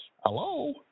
Hello